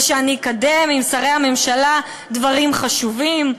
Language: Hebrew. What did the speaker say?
ושאני אקדם עם שרי הממשלה דברים חשובים.